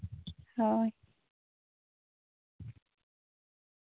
ᱦᱳᱭ